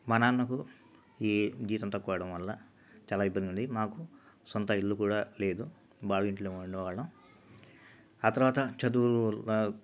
మా నాన్నకు ఈ జీతం తక్కువవడం వల్ల చాలా ఇబ్బంది ఉంది మాకు సొంత ఇల్లు కూడా లేదు బావ ఇంట్లో ఉండే వాళ్ళం ఆ తర్వాత చదువు